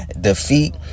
defeat